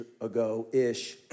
ago-ish